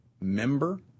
member